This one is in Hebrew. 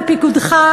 בפיקודך,